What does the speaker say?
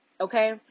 Okay